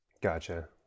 Gotcha